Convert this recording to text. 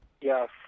Yes